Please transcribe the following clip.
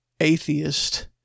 atheist